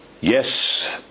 yes